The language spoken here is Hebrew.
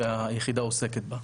שהיחידה עוסקת בה.